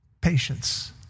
patience